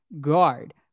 guard